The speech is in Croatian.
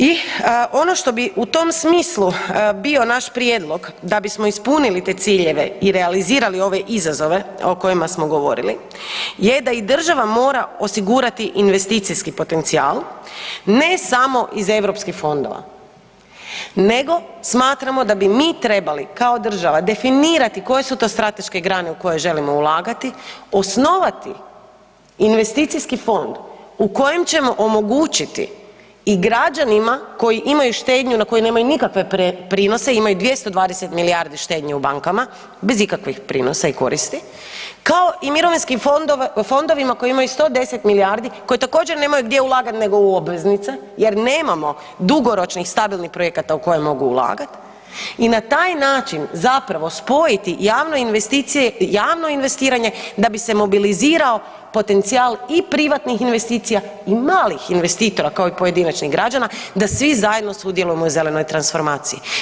I ono što bi u tom smislu bio naš prijedlog, da bismo ispunili te ciljeve i realizirali ove izazove o kojima smo govorili je da i država mora osigurati investicijski potencijal, ne samo iz EU fondova, nego smatramo da bi mi trebali kao država definirati koje su to strateške grane u koje želimo ulagati, osnovati investicijski fond u kojem ćemo omogućiti i građanima koji imaju štednju, na koji nemaju nikakve prinose, imaju 220 milijardi štednje u bankama, bez ikakvih prinosa i koristi, kao i mirovinskim fondovima koji imaju 110 milijardi, koji također, nemaju gdje ulagati nego u obveznice, jer nemamo dugoročnih stabilnih projekata u koje mogu ulagati i na taj način zapravo spojiti javno investiranje da bi se mobilizirao potencijal i privatnih investicija i malih investitora, kao i pojedinačnih građana da svi zajedno sudjelujemo u zelenoj transformaciji.